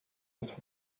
just